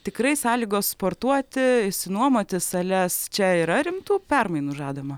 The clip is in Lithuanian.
tikrai sąlygos sportuoti išsinuomoti sales čia yra rimtų permainų žadama